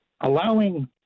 allowing